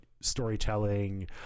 Storytelling